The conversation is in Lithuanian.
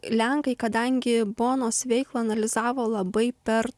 lenkai kadangi bonos veiklą analizavo labai per